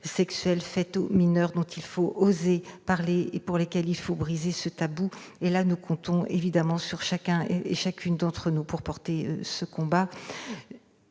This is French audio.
sexuelles envers les mineurs, dont il faut oser parler et pour lesquels il faut briser le tabou. Nous comptons évidemment sur chacune et chacun d'entre nous pour porter ce combat.